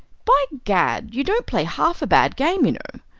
by gad! you don't play half a bad game, you know.